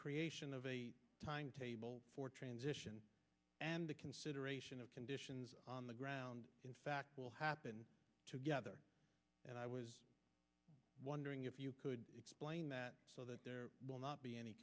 creation of a timetable for transition and the consideration of conditions on the ground in fact will happen together and i was wondering if you could explain that will not be any